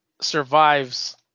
survives